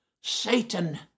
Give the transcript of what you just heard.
Satan